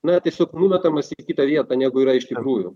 na tiesiog numetamas į kitą vietą negu yra iš tikrųjų